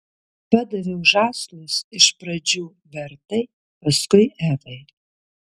padaviau žąslus iš pradžių bertai paskui evai